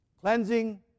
Cleansing